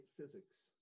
physics